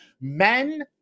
Men